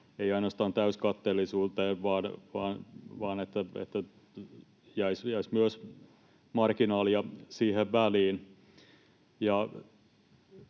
ei ainoastaan täyskatteellisuuteen vaan siihen, että jäisi myös marginaalia siihen väliin.